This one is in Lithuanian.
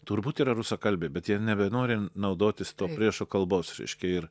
turbūt yra rusakalbiai bet jie nebenori naudotis tom priešo kalbos reiškia ir